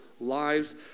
lives